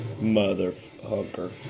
Motherfucker